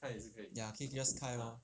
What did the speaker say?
ya 可以 just 开 lor